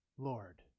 lord